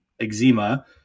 eczema